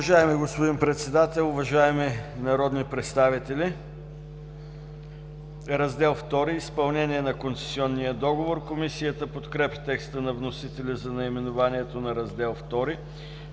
Уважаеми господин Председател, уважаеми колеги народни представители! „Раздел ІI – Изпълнение на концесионния договор“. Комисията подкрепя текста на вносителя за наименованието на Раздел ІІ.